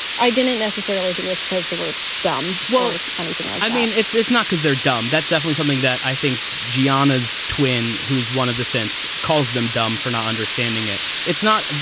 i didn't necessarily think was because they were dumb. well, anything like i mean, it's it's not because they're dumb. that's definitely something that i think guyana's twin, who is one of the sense, calls them dumb for not understanding it. it's not.